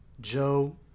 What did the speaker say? Joe